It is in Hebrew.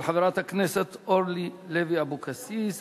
של חברת הכנסת אורלי לוי אבקסיס,